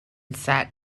set